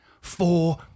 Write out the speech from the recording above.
Four